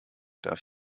darf